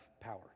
power